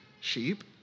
sheep